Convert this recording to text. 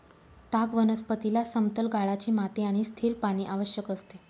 ताग वनस्पतीला समतल गाळाची माती आणि स्थिर पाणी आवश्यक असते